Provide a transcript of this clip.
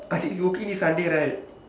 I think you working this sunday right